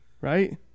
right